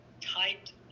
typed